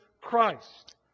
Christ